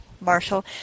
Marshall